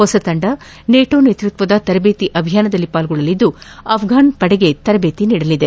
ಹೊಸ ತಂಡವು ನ್ಕಾಟೋ ನೇತೃತ್ವದ ತರಬೇತಿ ಅಭಿಯಾನದಲ್ಲಿ ಪಾಲ್ಗೊಳ್ಳಲಿದ್ದು ಅಫ್ಫಾನ್ ಪಡೆಗೆ ತರಬೇತಿ ನೀಡಲಿದೆ